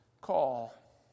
call